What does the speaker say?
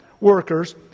workers